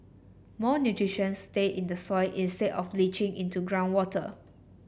more nutrition stay in the soil instead of leaching into groundwater